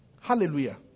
Hallelujah